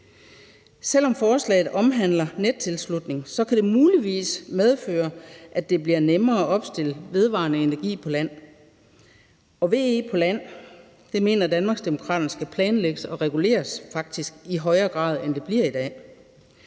Selv om forslaget omhandler nettilslutning, kan det muligvis medføre, at det bliver nemmere at opstille vedvarende energi-anlæg på land, og VE-anlæg på land mener Danmarksdemokraterne faktisk skal planlægges og reguleres i højere grad, end det bliver i dag.